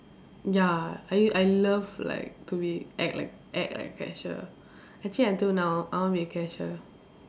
ya I I love like to be act like act like a cashier actually until now I want to be a cashier